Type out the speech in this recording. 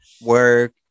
Work